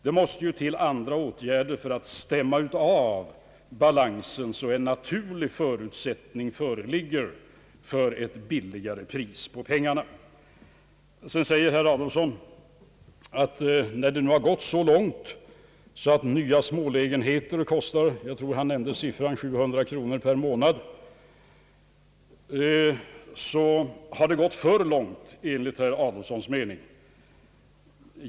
Det måste till andra åtgärder för att man skall skapa en sådan balans att det föreligger naturliga förutsättningar för ett lägre pris på pengarna. Herr Adolfsson säger att det har gått för långt när smålägenheter kostar 700 kronor per månad i hyra.